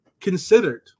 considered